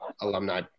alumni